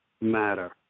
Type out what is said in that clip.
matter